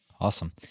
awesome